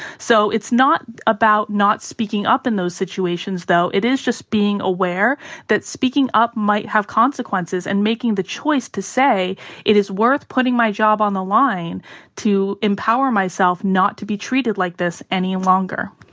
so it's not about not speaking up in those situations though. it is just being aware that speaking up might have consequences and making the choice to say it is worth putting my job on the line to empower myself not to be treated like this any longer.